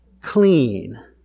clean